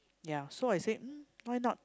ya so I said mm why not